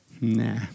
Nah